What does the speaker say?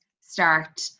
start